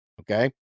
okay